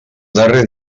darrer